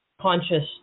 conscious